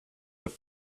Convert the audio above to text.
have